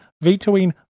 vetoing